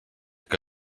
que